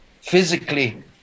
physically